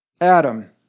Adam